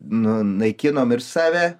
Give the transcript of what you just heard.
nu naikinom ir save